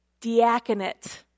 diaconate